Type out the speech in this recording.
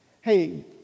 hey